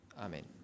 Amen